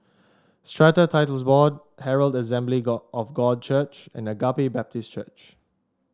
Strata Titles Board Herald Assembly God of God Church and Agape Baptist Church